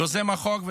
יוזם החוק,